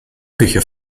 küche